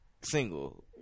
single